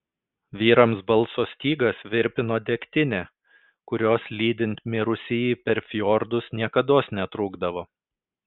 vyrams balso stygas virpino degtinė kurios lydint mirusįjį per fjordus niekados netrūkdavo